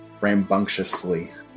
rambunctiously